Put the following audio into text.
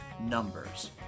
numbers